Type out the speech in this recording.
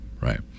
Right